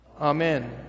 Amen